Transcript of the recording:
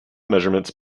measurements